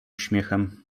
uśmiechem